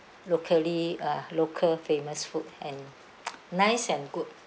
locally uh local famous food and nice and good